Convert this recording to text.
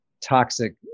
toxic